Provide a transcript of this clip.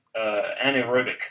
anaerobic